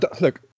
look